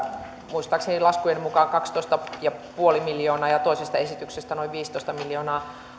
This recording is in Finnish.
muistaakseni laskujen mukaan kaksitoista pilkku viisi miljoonaa ja toisesta esityksestä noin viisitoista miljoonaa